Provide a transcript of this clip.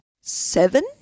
seven